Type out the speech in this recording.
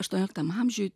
aštuonioliktam amžiuj